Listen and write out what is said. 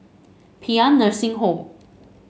Paean Nursing Home